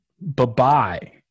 bye-bye